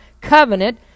covenant